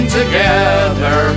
together